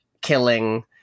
killing